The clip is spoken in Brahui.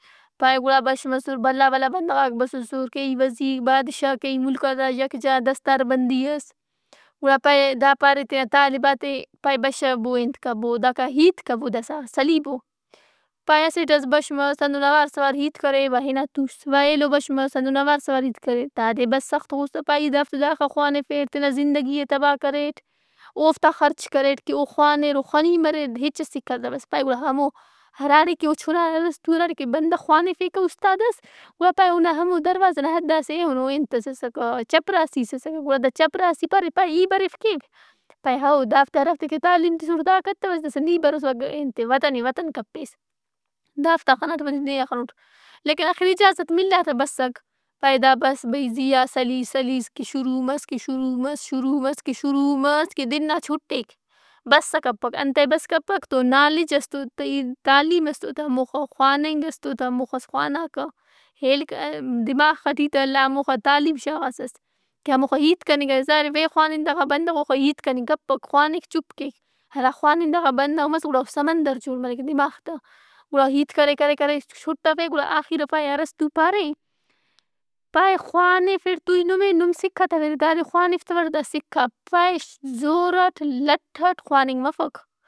پائہہ گُڑا بش مسر بھلا بھلا بندغاک بسُّسر۔ کیئی وزیرک، بادشاہ کیئی ملکات آ یکجادستار بندی اس۔ گُڑا پائہہ دا پارے تینا طالبات ئے پائہہ بشبو انت کبو داکا ہیت کبو داسا سلیبو۔ پائہہ اسٹ ئس بش مس ہندن اوار سوار ہیت کرے وا ہِنا تُوس۔ وا ایلو بش مس ہندن اوار سوار ہیت کرے۔ داد ئے بس سخت غصہ پائہہ ای دافت ئے داخہ خوانِفیٹ تینا زندگی ئے تباہ کریٹ، اوفت آ خرچ کریٹ کہ او خوانِر، او خنی مریر۔ ہچس سکھتوس۔ پائہہ گڑا ہمو ہراڑے کہ او چُنائے ارسطو ہراڑے کہ بندغ خوانِفیکہ اُستاد اس۔ گڑا پائہہ اونا ہمو دروازہ نا حد آ اسہ ایہنو انت ئس اسکہ چپراسیِس اسکہ۔ گُڑا دس چبراسی پراے پائہہ ای بریوکیو۔ پائہہ ہَو۔ دافت ئے ہرافت ئے کہ تعلیم تِسُّٹ دا کتوس داسا نی بروس وا ئے انت ئے وطن ئے وطن کپیس۔ دافت آن خناٹ وری نے آن خنوٹ۔ لیکن آخر اجازت ملا تہ بسک۔ پائہہ دا بس بھئی زیا سلیس سلیس کہ شروع مس کہ شروع مس شروع مس کہ شروع مس کہ دِنّا چُھٹیک۔ بسہ کپک۔ انتئے بس کپک تو نالج اس تو تہ، تعلیم اس توتہ ہموخہ خواننگ اس توتہ ہموخس خواناکہ، ہیل کر-دماغ ئٹی تہ اللہ ہموخہ تعلیم شاغاسس۔ کہ ہموخہ ہیت کننگ اس۔ ظاہر اے بے خوانندہ غا بندغ اوخہ ہیت کننگ کپک۔ خوانک چُپ کیک۔ ہرا خوانندہ غا بندغ مس گڑا او سمندر جوڑ مریک دماغ تہ۔ گڑا ہیت کرے کرے کرے چھٹفے گڑا آخیر آ پائہہ ارسطو پارے کہ پائہہ خوانفیٹ تو ای نمے نم سکھتویرے۔ داد ئے خوانفتوٹ دا سکّھا۔ پائہہ زور اٹ، لٹ اٹ کوانفنگ مفک۔